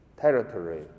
territory